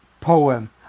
poem